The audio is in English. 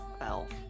elf